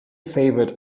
favorite